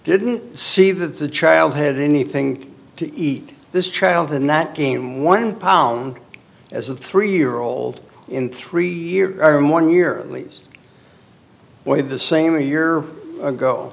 didn't see that the child had anything to eat this child in that game one pound as a three year old in three years or more in year please avoid the same a year ago